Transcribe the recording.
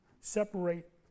separate